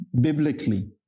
biblically